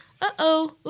Uh-oh